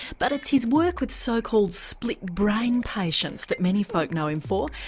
but it's his work with so-called split brain patients that many folk know him for,